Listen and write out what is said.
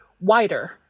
wider